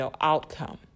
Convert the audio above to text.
outcome